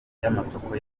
y’amasoko